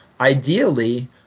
ideally